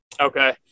Okay